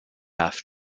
half